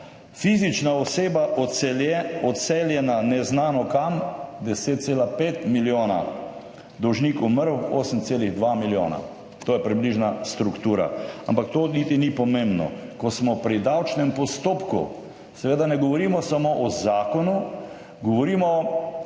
fizična oseba odseljena neznano kam 10,5 milijona in dolžnik umrl 8,2 milijona. To je približna struktura. Ampak to niti ni pomembno. Ko smo pri davčnem postopku, seveda ne govorimo samo o zakonu, govorimo